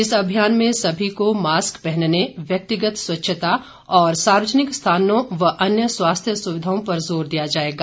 इस अभियान में सभी को मास्क पहनने व्यक्तिगत स्वच्छता और सार्वजनिक स्थानों और अन्य स्वास्थ्य सुविधाओं पर जोर दिया जाएगा